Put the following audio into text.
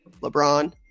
LeBron